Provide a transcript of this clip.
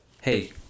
hey